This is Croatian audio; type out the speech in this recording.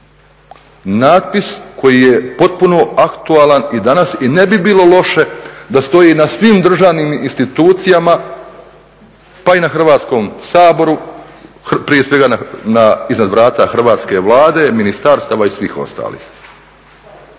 Natpis koji je potpuno aktualan i danas. I ne bi bilo loše da stoji na svim državnim institucijama pa i na Hrvatskom saboru, prije svega iznad vrata Hrvatske vlade, ministarstava i svih ostalih.